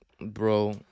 bro